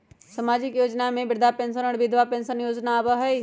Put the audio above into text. सामाजिक योजना में वृद्धा पेंसन और विधवा पेंसन योजना आबह ई?